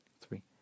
three